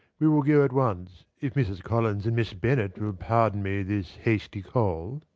we will go at once, if mrs. collins and miss bennet will pardon me this hasty call.